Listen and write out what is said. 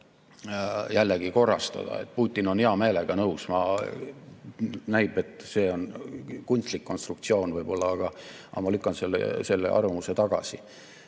jällegi korrastada, et Putin on hea meelega nõus. Näib, et see on kunstlik konstruktsioon võib-olla, aga ma lükkan selle arvamuse tagasi.